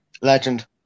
Legend